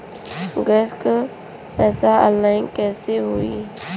Gas क पैसा online कइसे होई?